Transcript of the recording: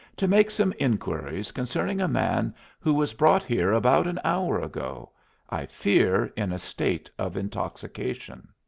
to make some inquiries concerning a man who was brought here about an hour ago i fear in a state of intoxication.